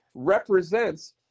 Represents